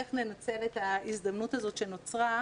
איך ננצל את ההזדמנות הזאת שנוצרה,